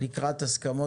לקראת הסכמות,